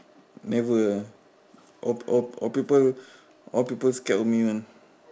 never all all all people all people scared of me [one]